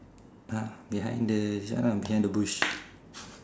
!huh! behind the this one lah behind the bush